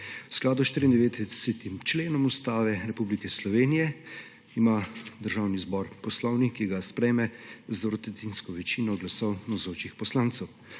V skladu s 94. členom Ustave Republike Slovenije ima Državni zbor poslovnik, ki ga sprejme z dvotretjinsko večino glasov navzočih poslancev.